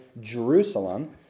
Jerusalem